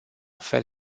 fel